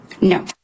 No